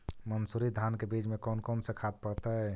मंसूरी धान के बीज में कौन कौन से खाद पड़तै?